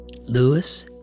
Lewis